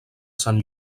sant